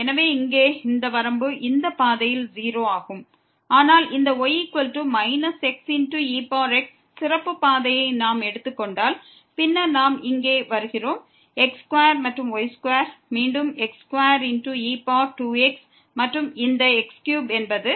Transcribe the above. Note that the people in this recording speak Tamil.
எனவே இங்கே இந்த வரம்பு இந்த பாதையில் 0 ஆகும் ஆனால் இந்த y xex சிறப்பு பாதையை நாம் எடுத்துக் கொண்டால் பின்னர் நாம் இங்கே வருகிறோம் x2 மற்றும் y2 மீண்டும் x2e2x மற்றும் இந்த x3 என்பது x3e3x